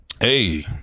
Hey